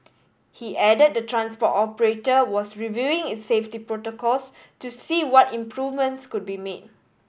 he added the transport operator was reviewing its safety protocols to see what improvements could be made